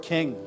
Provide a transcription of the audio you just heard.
King